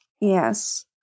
yes